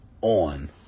on